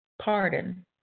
pardon